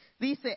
dice